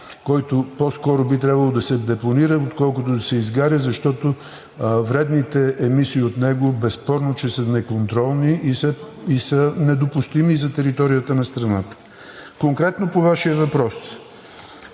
който по-скоро би трябвало да се депонира, отколкото да се изгаря, защото вредните емисии от него безспорно, че са неконтролни и са недопустими за територията на страната. Конкретно по Вашия въпрос.